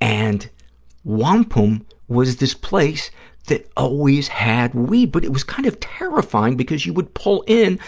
and wampum was this place that always had weed, but it was kind of terrifying because you would pull in